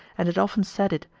and had often said it,